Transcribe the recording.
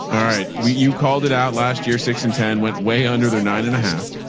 alright. we, you called it out last year. six and ten went way under there. nine and a half.